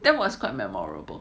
then was quite memorable